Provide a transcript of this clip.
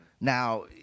Now